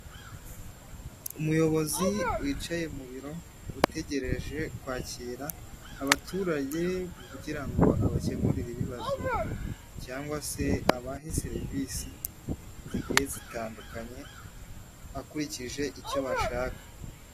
Umuyobozi wicaye mu biro utegereje kwakira abaturage kugira ngo abakemurire ibibazo cyangwa se abahe serivisi ziigihe zitandukanye akurikije icyo bashaka.